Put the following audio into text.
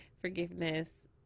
forgiveness